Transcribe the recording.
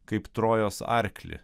kaip trojos arklį